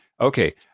Okay